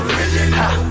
Original